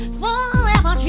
forever